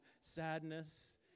sadness